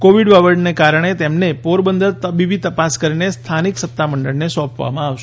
Covid વાવરના કારણએ તેમને પોરબંદર તબીબી તપાસ કરીને સ્થાનિક સત્તામંડળને સોંપવામાં આવશે